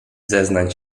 zeznań